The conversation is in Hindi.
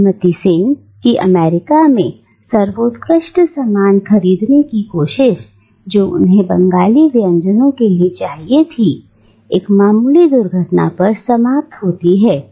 श्रीमती सेन की अमेरिका में सर्वोत्कृष्ट सामान खरीदने की कोशिश जो उन्हें बंगाली व्यंजन के लिए चाहिए था एक मामूली दुर्घटना पर समाप्त होती है